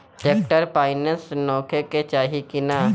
Tractor पाईनेस होखे के चाही कि ना?